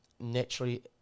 naturally –